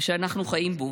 שאנחנו חיים בו,